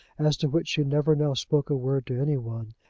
as to which she never now spoke a word to any one,